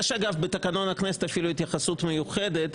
יש אגב בתקנון הכנסת אפילו התייחסות מיוחדת,